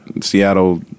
Seattle